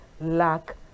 lack